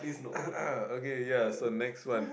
okay yes so next one